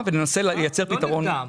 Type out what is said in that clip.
תודה רבה.